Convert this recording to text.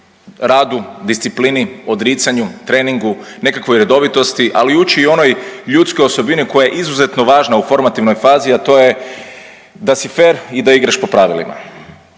radu, disciplini, odricanju, treningu, nekakvoj redovitosti, ali uči i onoj ljudskoj osobini koja je izuzetno važna u formativnoj fazi, a to je da si fer i da igraš po pravilima.